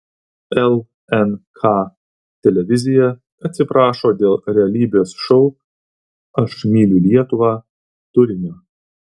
lnk televizija atsiprašo dėl realybės šou aš myliu lietuvą turinio